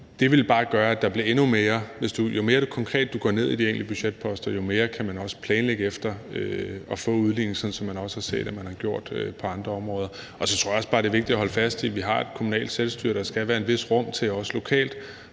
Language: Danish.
en større del af opgaven derude. Jo mere konkret du går ned i de enkelte budgetposter, jo mere kan man også planlægge efter at få udligning, sådan som vi også har set, at man har gjort det på andre områder. Og så tror jeg også bare, det er vigtigt at holde fast i, at vi har et kommunalt selvstyre, og der skal være et vist rum til også lokalt